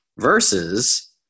versus